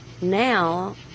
now